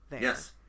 Yes